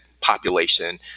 population